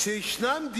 אני הייתי אומר,